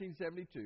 1972